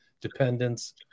dependence